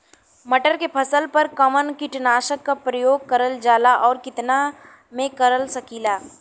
मटर के फसल पर कवन कीटनाशक क प्रयोग करल जाला और कितना में कर सकीला?